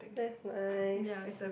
that nice